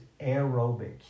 aerobic